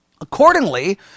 Accordingly